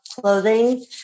clothing